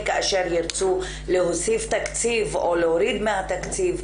כאשר ירצו להוסיף תקציב או להוריד מהתקציב,